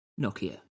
Nokia